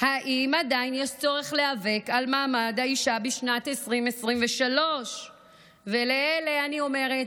אם עדיין יש צורך להיאבק על מעמד האישה בשנת 2023. ולאלה אני אומרת,